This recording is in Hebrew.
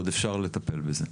עוד אפשר לטפל בזה.